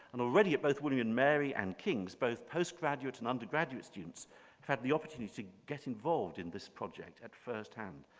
and already both william and mary and king's both postgraduate and undergraduate students have the opportunity to get involved in this project at first hand.